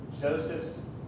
Joseph's